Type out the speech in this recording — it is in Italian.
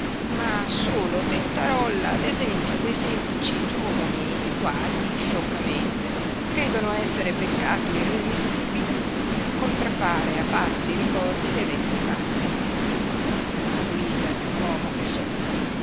ma solo tentarolla ad essempio de semplici giovani i quali scioccamente credono essere peccato irremissibile il contrafare a pazzi ricordi de vecchi padri i quali a guisa di uomo che sogna